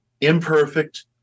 imperfect